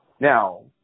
Now